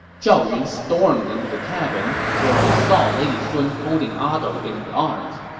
zhao yun stormed into the cabin, where he saw lady sun holding ah dou in her arms.